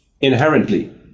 inherently